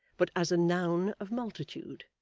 but as a noun of multitude,